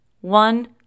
one